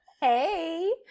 Hey